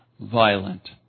violent